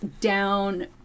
down